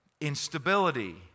instability